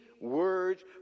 words